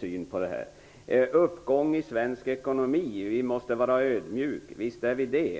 syn på detta. Rolf L Nilson säger vidare att vi måste vara ödmjuka inför uppgången i svensk ekonomi. Ja, visst är vi det.